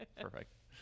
Perfect